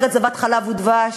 ארץ זבת חלב ודבש,